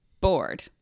bored